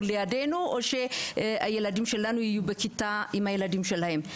לידנו או שהילדים שלנו יהיו בכיתה עם הילדים שלהם.